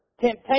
temptation